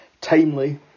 timely